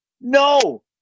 No